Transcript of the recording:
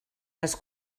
les